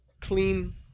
clean